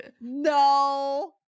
no